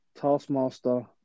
Taskmaster